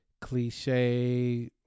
cliche